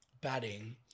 batting